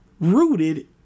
rooted